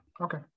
Okay